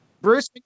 Bruce